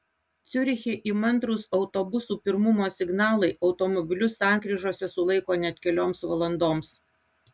ciuriche įmantrūs autobusų pirmumo signalai automobilius sankryžose sulaiko net kelioms valandoms